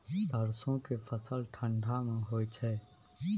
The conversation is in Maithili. सरसो के फसल ठंडा मे होय छै?